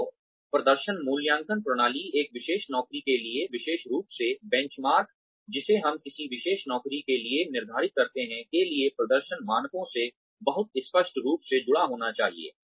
तो प्रदर्शन मूल्यांकन प्रणाली एक विशेष नौकरी के लिए विशेष रूप से बेंचमार्क जिसे हम किसी विशेष नौकरी के लिए निर्धारित करते हैं के लिए प्रदर्शन मानकों से बहुत स्पष्ट रूप से जुड़ा होना चाहिए